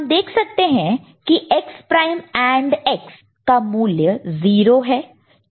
हम देख सकते हैं कि X प्राइम AND X का मूल्य 0 है